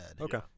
okay